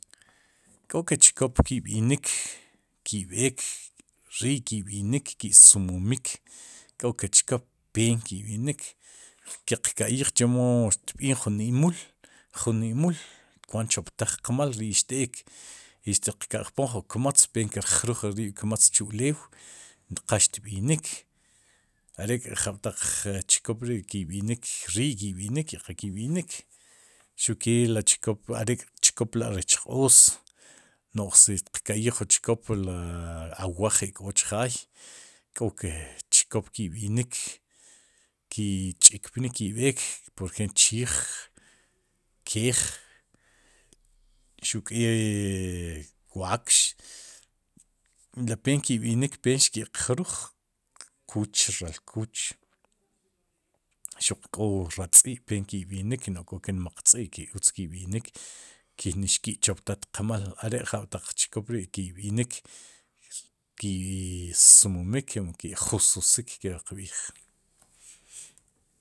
K'o ke chkop ki'b'inik ki b'eek ri ki'b'inik ki'sumumik, k'o ke chkop peen ki'b'inik keqka'yij chemo kb'nik jun imul jun imul kwaat tchoptaj qmal, ri xt'eek i tiq ka'jpoon jun kmatz peen kirjruj ri riib'kmatz chu'lew qa xtb'inik are'jab'taq chkoop ki'b'inik rii' ki'b'inik i qa ki'b'inik are'chkop lá rech q'oos, nón si tiqka'yij jun chkop la awaj ri ik'o chjaay k'o ke chkop ki'b'inik, ki'ch'ikpnik ki'béek por ejempl chiij, keej, xu kee wakx, peen ki'b'inik pen xki'q jruj, kuch raal kuch, xuq k'o raal tz'i' peen ki'b'inik no'j k'o ke nmaq tz'i' ke utz ki'b'inik ke nixki'choptajtaq qmaal, are jab'taq chkop ri ki'b'inik ki'sumimik mon ki'jususik kep qb'iij.